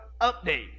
update